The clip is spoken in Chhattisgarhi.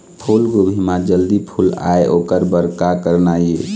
फूलगोभी म जल्दी फूल आय ओकर बर का करना ये?